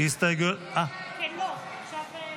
ההסתייגויות לסעיף